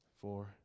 four